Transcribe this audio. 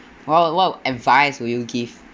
what what advice would you give